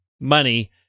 money